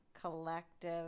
collective